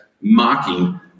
mocking